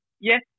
yes